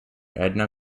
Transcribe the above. edna